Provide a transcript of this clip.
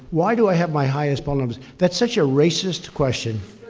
why do i have my highest poll numbers that's such a racist question.